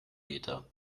meter